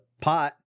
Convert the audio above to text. pot